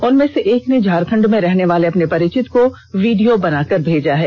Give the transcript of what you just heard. उनमें से एक ने झारखंड में रहने वाले अपने परिचित को वीडियो बनाकर भेजा है